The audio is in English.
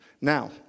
Now